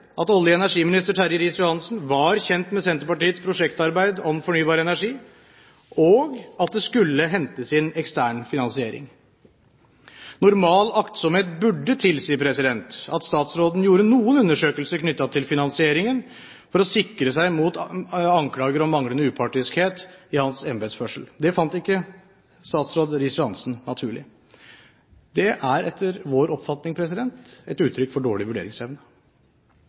at olje- og energiminister Terje Riis-Johansen var kjent med Senterpartiets prosjektarbeid om fornybar energi, og at det skulle hentes inn ekstern finansiering. Normal aktsomhet burde tilsi at statsråden gjorde noen undersøkelser knyttet til finansieringen for å sikre seg mot anklager om manglende upartiskhet i hans embetsførsel. Det fant ikke statsråd Riis-Johansen naturlig. Det er etter vår oppfatning et uttrykk for dårlig vurderingsevne.